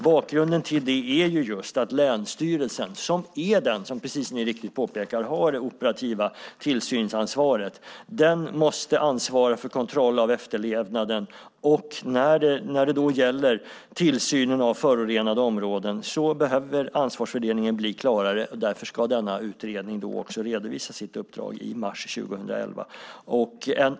Bakgrunden till det är just att länsstyrelsen, som är den som, vilket ni helt riktigt påpekar, har det operativa tillsynsansvaret, måste ansvara för kontroll av efterlevnaden. När det då gäller tillsynen av förorenade områden behöver ansvarsfördelningen bli klarare och därför ska denna utredning också redovisa sitt uppdrag i mars 2011.